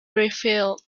refilled